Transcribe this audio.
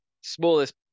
smallest